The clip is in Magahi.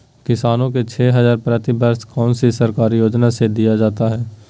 किसानों को छे हज़ार प्रति वर्ष कौन सी सरकारी योजना से दिया जाता है?